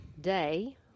day